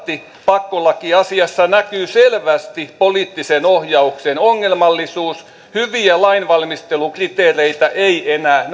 pakkolakiasiassa näkyy selvästi poliittisen ohjauksen ongelmallisuus hyvän lainvalmistelun kriteereitä ei